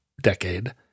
decade